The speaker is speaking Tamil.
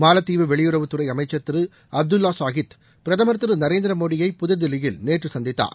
மாலத்தீவு வெளியுறவுத் துறை அமைச்சர் திரு அப்துல்லா சாகித் பிரதமர் திரு நரேந்திர மோடியை புதுதில்லியில் நேற்று சந்தித்தார்